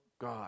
God